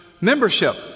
membership